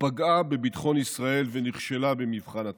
פגעה בביטחון ישראל ונכשלה במבחן התוצאה.